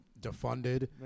defunded